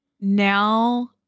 Now